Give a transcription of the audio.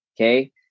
Okay